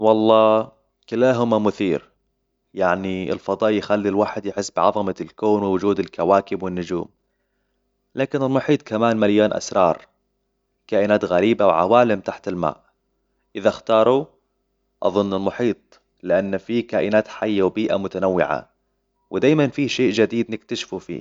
والله، كلاهما مثير يعني الفضاء يخلي الواحد يحس بعظمة الكون ووجود الكواكب والنجوم لكن المحيط كمان مليان أسرار كائنات غريبة وعوالم تحت الماء إذا اختاروا، أظن المحيط لأن فيه كائنات حية وبيئة متنوعة ودائما فيه شيء جديد نكتشفه فيه